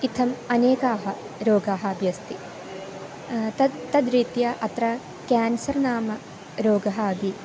इत्थम् अनेकाः रोगाः अपि अस्ति तत् तद्रीत्या अत्र केन्सर् नाम रोगः अपि